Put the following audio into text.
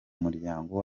muryango